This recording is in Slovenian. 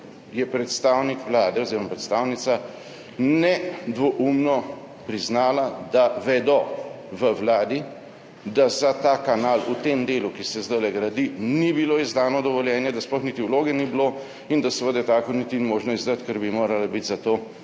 je predstavnik Vlade oziroma predstavnica nedvoumno priznala, da v Vladi vedo, da za ta kanal v tem delu, ki se zdajle gradi, ni bilo izdano dovoljenje, da sploh niti vloge ni bilo in da seveda tako niti ni možno izdati, ker bi morala biti za to